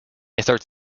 asserts